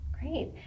Great